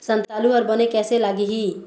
संतालु हर बने कैसे लागिही?